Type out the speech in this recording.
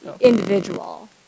individual